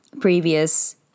previous